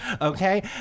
Okay